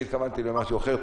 התכוונתי למשהו אחר.